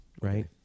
Right